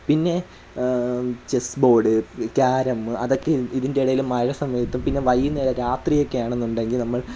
പിന്നെ chess board carrom അതൊക്കെ ഇതിൻ്റെയിടയിലും മഴസമയത്തും പിന്നെ വൈകുന്നേരം രാത്രിയൊക്കെയായാണെന്നുണ്ടെങ്കിൽ നമ്മൾ